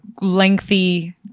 lengthy